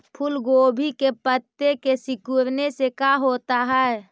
फूल गोभी के पत्ते के सिकुड़ने से का होता है?